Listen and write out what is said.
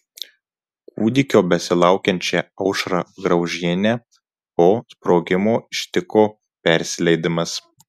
kūdikio besilaukiančią aušrą graužienę po sprogimo ištiko persileidimas